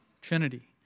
Trinity